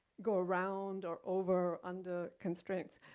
go around, or over, under constraints.